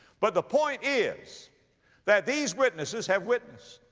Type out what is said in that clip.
but the point is that these witnesses have witnessed.